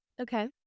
okay